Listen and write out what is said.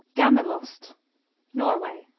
gammelost norway